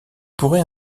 pourrait